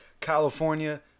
California